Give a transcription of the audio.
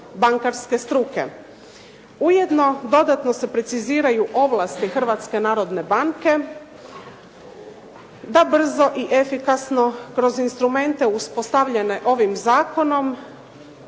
bankarske struke. Ujedno, dodatno se preciziraju ovlasti Hrvatske narodne banke da brzo i efikasno kroz instrumente uspostavljene ovim zakonom